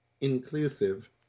inclusive